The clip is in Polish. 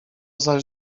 zaś